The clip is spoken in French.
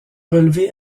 relevé